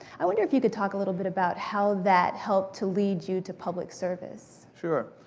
i wonder if you could talk a little bit about how that helped to lead you to public service? sure,